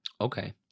Okay